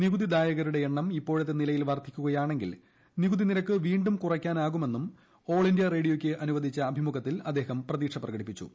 നികുതിദായകരുടെ എണ്ണം ഇപ്പോഴത്തെ നിലയിൽ വർദ്ധിക്കുകയാണെങ്കിൽ നികുതിനിരക്ക് വീണ്ടും കുറയ്ക്കാനാകുമെന്നും ഓൾ ഇന്ത്യ റേഡിയോയ്ക്ക് അനുവദിച്ച അഭിമുഖത്തിൽ അദ്ദേഹം പറഞ്ഞു